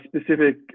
specific